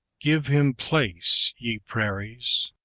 give him place, ye prairies!